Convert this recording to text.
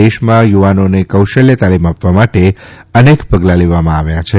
દેશમાં યુવાનોને કૌશલ્ય તાલીમ આપ વા માટે અનેક પ ગલાં લેવામાં આવ્યા છે